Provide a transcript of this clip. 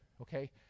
okay